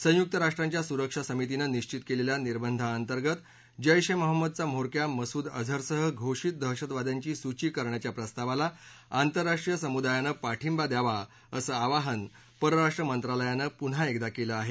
संयुक्त राष्ट्र संघाच्या सुरक्षा समितीनं निश्वित केलेल्या निर्बधांअंतर्गत जेश ए महंमदचा म्होरक्या मसूद अझरसह घोषित दहशतवाद्यांची सूची करण्याच्या प्रस्तावाला आंतरराष्ट्रीय समुदायानं पाठिंबा द्यावा असं आवाहन परराष्ट्र मंत्रालयानं पुन्हा एकदा केलं आहे